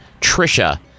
Trisha